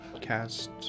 cast